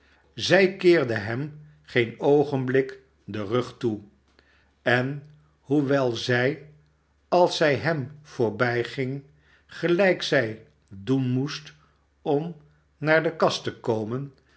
zij keerde hem geen oogenblik den rug toe en hoewel zij als zij hem voorbijging gelijk zij doen moest om naar de kast te komen